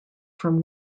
from